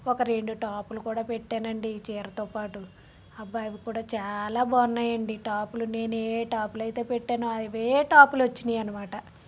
ఒక రెండు టాపులు కూడా పెట్టాను అండి చీరతో పాటు అబ్బ అవికూడా చాలా బాగున్నాయి అండి టాపులు నేను ఏఏ టాపులైతే పెట్టానో అవే టాపులు వచ్చినియి అనమాట